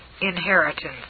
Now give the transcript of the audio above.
inheritance